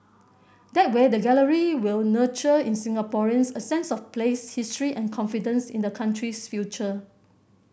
that way the gallery will nurture in Singaporeans a sense of place history and confidence in the country's future